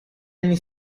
anni